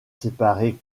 séparé